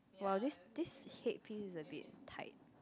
!wah! this this headpiece is a bit tight